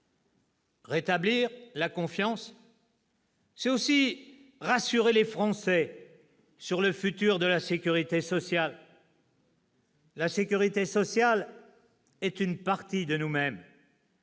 Rétablir la confiance, c'est aussi rassurer les Français sur le futur de la sécurité sociale. « La sécurité sociale est une partie de nous-même.